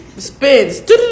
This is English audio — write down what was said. Spins